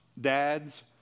dads